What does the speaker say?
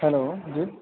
hello جی